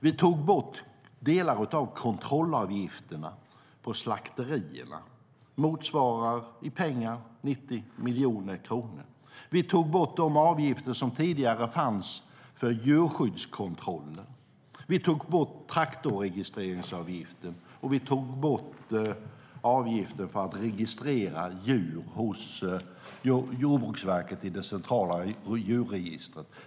Vi tog bort delar av kontrollavgifterna på slakterierna, vilket i pengar motsvarar 90 miljoner kronor. Vi tog bort de avgifter som tidigare fanns för djurskyddskontrollen. Vi tog bort traktorregistreringsavgiften. Vi tog bort avgiften för att registrera djur i Jordbruksverkets centrala djurregister.